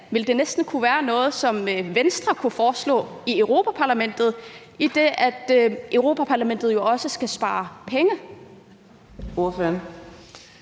det næsten være noget, Venstre kunne foreslå i Europa-Parlamentet, idet Europa-Parlamentet jo også skal spare penge.